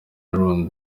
aaron